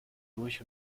durch